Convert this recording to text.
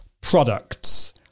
products